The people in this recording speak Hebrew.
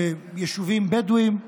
ביישובים בדואיים,